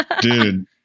Dude